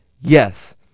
yes